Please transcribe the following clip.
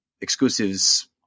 exclusives